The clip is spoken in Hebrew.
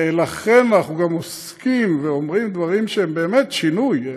ולכן אנחנו גם עוסקים ואומרים דברים שהם באמת שינוי,